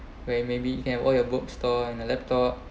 where you maybe it can hold your bookstore and a laptop